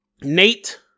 Nate